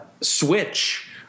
switch